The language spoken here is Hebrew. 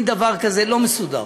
מין דבר כזה לא מסודר.